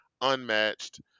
unmatched